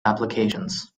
applications